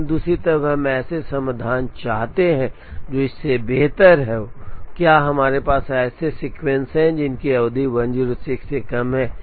लेकिन दूसरी तरफ हम ऐसे समाधान चाहते हैं जो इससे बेहतर हों क्या हमारे पास ऐसे सीक्वेंस हैं जिनकी अवधि 106 से कम है